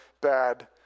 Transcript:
bad